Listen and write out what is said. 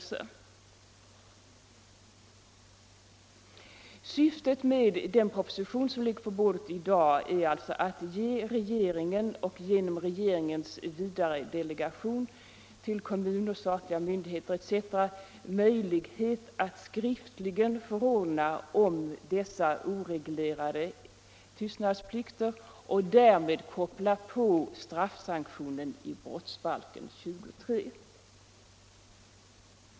Syftet med den proposition som i dag ligger på kammarens bord är alltså att ge regeringen och genom regeringens vidare delegation kommuner, statliga myndigheter etc. möjlighet att skriftligen förordna om dessa hittills oreglerade tystnadsplikter och därmed koppla på straffsanktionen i brottsbalkens kap. 20, §3.